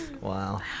Wow